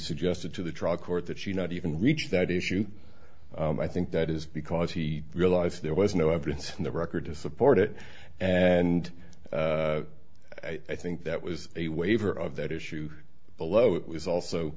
suggested to the trial court that she not even reached that issue i think that is because he realized there was no evidence in the record to support it and i think that was a waiver of that issue below it was also